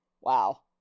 Wow